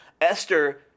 Esther